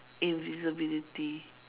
invisibility